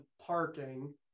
parking